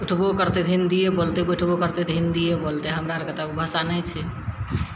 उठबो करतय तऽ हिन्दिये बोलते बैठबो करतय तऽ हिन्दिये बोलतय हमरा आरके तऽ उ भाषा नहि छै